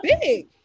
big